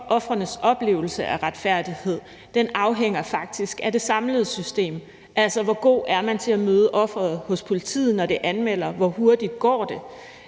ofrenes oplevelse af retfærdighed faktisk afhænger af det samlede system; altså, hvor god er man hos politiet til at møde offeret, når det anmelder, og hvor hurtigt går det?